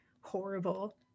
horrible